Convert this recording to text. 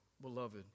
beloved